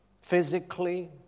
physically